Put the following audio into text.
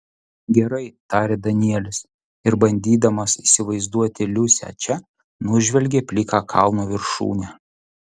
gerai tarė danielis ir bandydamas įsivaizduoti liusę čia nužvelgė pliką kalno viršūnę